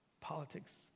politics